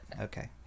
Okay